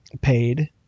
paid